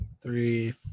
three